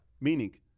Meaning